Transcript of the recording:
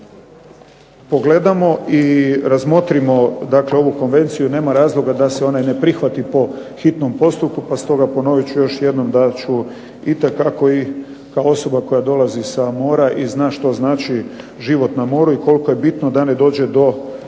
pogledamo i razmotrimo ovu konvenciju, dakle nema razloga da se ona ne prihvati po hitnom postupku. Pa stoga ponovit ću još jednom da ću itekako i kao osoba koja dolazi sa mora i zna što znači život na moru i koliko je bitno da ne dođe do